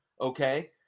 Okay